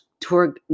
Tour